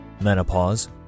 menopause